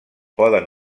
poden